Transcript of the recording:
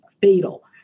fatal